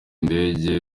indege